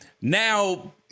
Now